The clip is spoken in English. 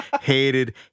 hated